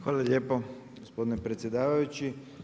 Hvala lijepo gospodine predsjedavajući.